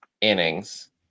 innings